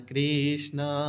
Krishna